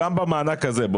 גם במענק הזה.